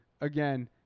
again